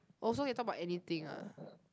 oh so you talk about anything ah